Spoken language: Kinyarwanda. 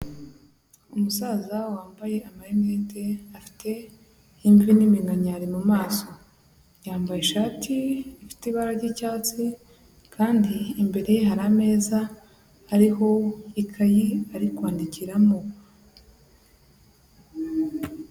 Umusaza wambaye amarinete afite imvi n'iminkanyari mumaso yambaye ishati ifite ibara ry'icyatsi kandi imbere hari ameza ariho ikaye ari kwandikiramo.